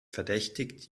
verdächtigt